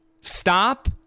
Stop